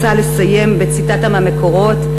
רוצה לסיים בציטטה מהמקורות,